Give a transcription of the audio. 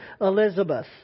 Elizabeth